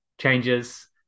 changes